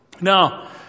Now